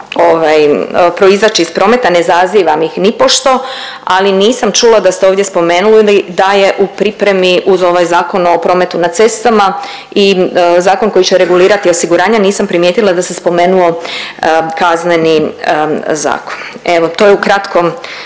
proizaći iz prometa, ne zazivam ih nipošto, ali nisam čula da ste ovdje spomenuli da je u pripremi uz ovaj Zakon o prometu na cestama i Zakon koji će regulirati osiguranja, nisam primijetila da se spomenuo KZ. Evo to je ukratko